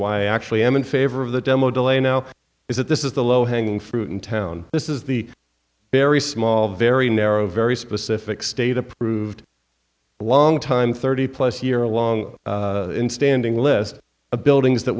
why i actually am in favor of the demo delay now is that this is the low hanging fruit in town this is the very small very narrow very specific state approved a long time thirty plus year a long standing list of buildings that